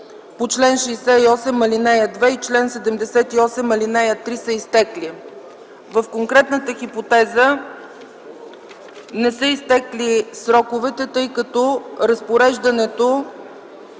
по чл. 68, ал. 2 и чл. 78, ал. 3 са изтекли. В конкретната хипотеза не са изтекли сроковете, тъй като разпореждането